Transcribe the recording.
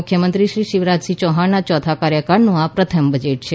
મુખ્યમંત્રી શિવરાજસિંહ ચૌહાણના ચોથા કાર્યકાળનું આ પ્રથમ બજેટ છે